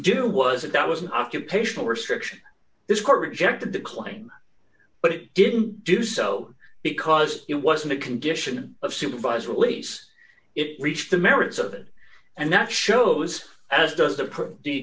to wasn't that was an occupational restriction this car rejected the claim but it didn't do so because it wasn't a condition of supervised release it reached the merits of it and that shows as does the